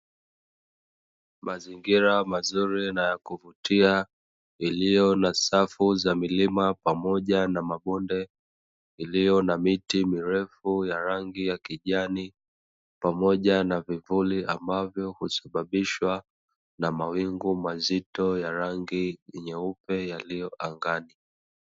Mazingira mazuri na ya kuvutia, yaliyo na safu za milima pamoja na mabonde, yaliyo na miti mirefu ya rangi ya kijani, pamoja na vivuli ambavyo husmamishwa na mawingu mazito yenye rangi nyeupe yaliyo angani.